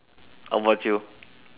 how about you